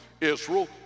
Israel